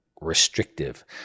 restrictive